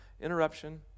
Interruption